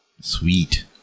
Sweet